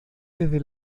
desde